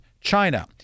China